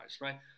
right